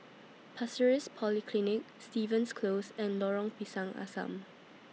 Pasir Ris Polyclinic Stevens Close and Lorong Pisang Asam